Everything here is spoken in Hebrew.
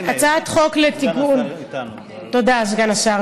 הינה, סגן השר